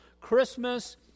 Christmas